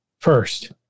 first